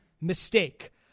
mistake